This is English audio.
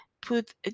put